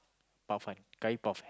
puff kan curry puff eh